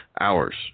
hours